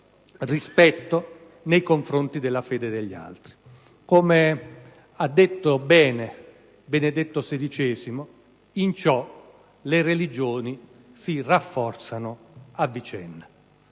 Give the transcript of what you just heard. rispetto nei confronti della fede degli altri. Come ha detto bene Benedetto XVI, in questa dinamica le religioni si rafforzano a vicenda.